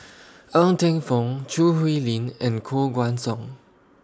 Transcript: Ng Teng Fong Choo Hwee Lim and Koh Guan Song